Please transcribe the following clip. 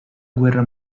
guerra